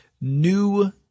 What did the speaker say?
new